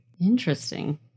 Interesting